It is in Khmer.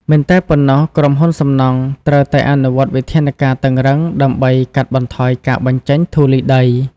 មិនតែប៉ុណ្ណោះក្រុមហ៊ុនសំណង់ត្រូវតែអនុវត្តវិធានការតឹងរ៉ឹងដើម្បីកាត់បន្ថយការបញ្ចេញធូលីដី។